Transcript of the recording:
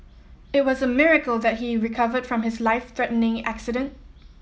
it was a miracle that he recovered from his life threatening accident